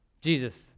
Jesus